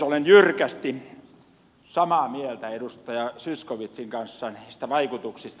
olen jyrkästi samaa mieltä edustaja zyskowiczin kanssa näistä vaikutuksista